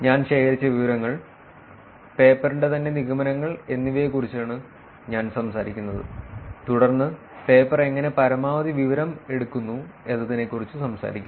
ഞാൻ ശേഖരിച്ച വിവരങ്ങൾ പേപ്പറിന്റെ തന്നെ നിഗമനങ്ങൾ എന്നിവയെക്കുറിച്ചാണ് ഞാൻ സംസാരിക്കുന്നത് തുടർന്ന് പേപ്പർ എങ്ങനെ പരമാവധി വിവരം എടുക്കുന്നു എന്നതിനെക്കുറിച്ച് സംസാരിക്കുന്നു